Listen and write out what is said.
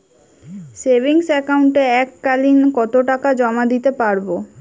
Savings একাউন্টে এক কালিন কতটাকা জমা দিতে পারব?